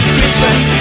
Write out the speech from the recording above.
Christmas